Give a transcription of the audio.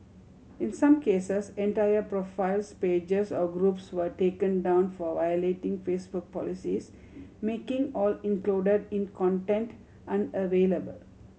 in some cases entire profiles pages or groups were taken down for violating Facebook policies making all included in content unavailable